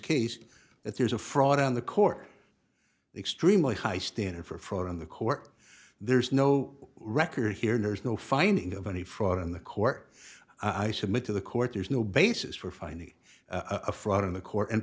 case that there's a fraud on the court the extremely high standard for fraud on the court there's no record here and there's no finding of any fraud on the court i submit to the court there's no basis for finding a fraud in the court and